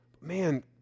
Man